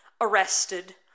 arrested